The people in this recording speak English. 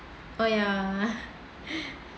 oh ya